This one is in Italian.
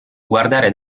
guardare